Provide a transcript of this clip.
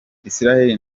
israel